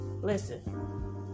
Listen